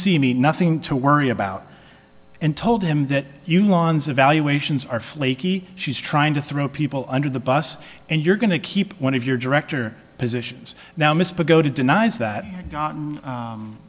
see me nothing to worry about and told him that you lawns evaluations are flaky she's trying to throw people under the bus and you're going to keep one of your director positions now misbah go to denies that he had gotten